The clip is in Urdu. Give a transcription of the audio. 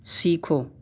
سیکھو